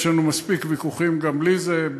יש לנו מספיק ויכוחים גם בלי זה.